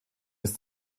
ist